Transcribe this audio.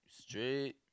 Straight